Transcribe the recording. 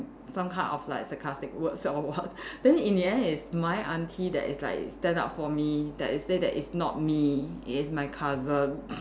some kind of like sarcastic words or what then in the end it's my aunty that is like stand up for me that is say that it's not me it is my cousin